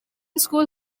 school